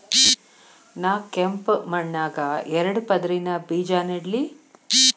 ನಾ ಕೆಂಪ್ ಮಣ್ಣಾಗ ಎರಡು ಪದರಿನ ಬೇಜಾ ನೆಡ್ಲಿ?